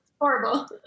Horrible